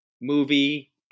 movie